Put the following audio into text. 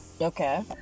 Okay